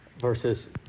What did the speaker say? versus